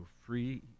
free